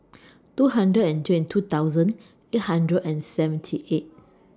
two hundred and twenty two thousand eight hundred and seventy eight